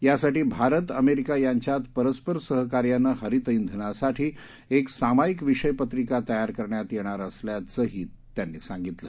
यासाठी भारत अमेरिका यांच्यात परस्पर सहकार्याने हरित इंधनासाठी एक सामाईक विषयपत्रिका तयार करण्यात येणार असल्याचंही ते म्हणाले